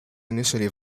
initially